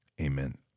amen